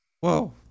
whoa